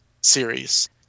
series